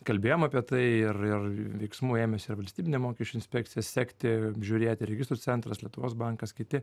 kalbėjom apie tai ir ir veiksmų ėmėsi ir valstybinė mokesčių inspekcija sekti apžiūrėti registrų centras lietuvos bankas kiti